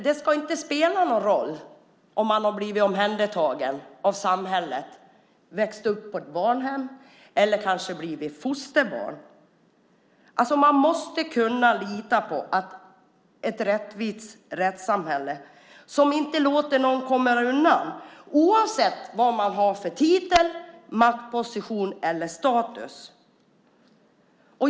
Det ska inte spela någon roll om man har blivit omhändertagen av samhället och växt upp på ett barnhem eller kanske varit fosterbarn. Man måste kunna lita på ett rättvist rättssamhälle som inte låter någon komma undan oavsett vad den personen har för titel, maktposition eller status.